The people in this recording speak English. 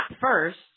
first